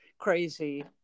crazy